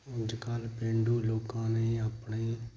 ਅੱਜ ਕੱਲ੍ਹ ਪੇਂਡੂ ਲੋਕਾਂ ਨੇ ਆਪਣੇ